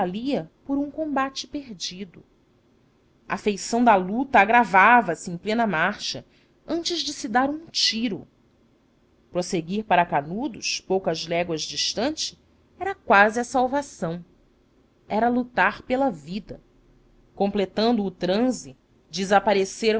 por um combate perdido a feição da luta agravava se em plena marcha antes de se dar um tiro prosseguir para canudos poucas léguas distante era quase a salvação era lutar pela vida completando o transe desapareceram